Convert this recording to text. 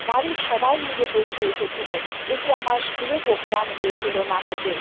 বাড়ির সবাই মিলে দেখতে এসেছিল এটি আমার স্কুলে প্রোগ্রাম হয়েছিল নাটকের